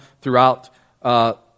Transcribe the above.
throughout